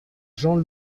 jean